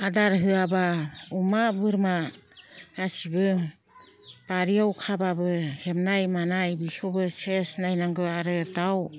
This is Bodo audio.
आदार होआबा अमा बोरमा गासैबो बारियाव खाबाबो हेबनाय मानाय बेखौबो सेस नायनांगौ आरो दाउ